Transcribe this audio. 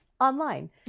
online